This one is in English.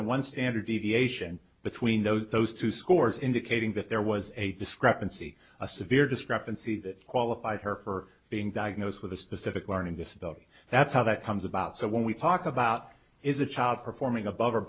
than one standard deviation between those two scores indicating that there was a discrepancy a severe discrepancy that qualify her for being diagnosed with a specific learning disability that's how that comes about so when we talk about is a child performing above or